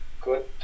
good